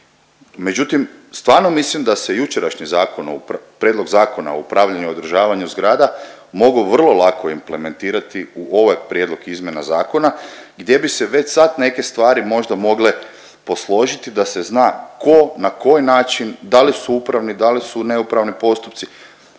Međutim, stvarno mislim da se jučerašnji zakon, prijedlog Zakona o upravljanju i održavanju zgrada mogo vrlo lako implementirati u ovaj prijedlog izmjena zakona gdje bi se već sad neke stvari možda mogle posložiti da se zna ko, na koji način, da li su upravni, da li su neupravni postupci.